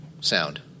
sound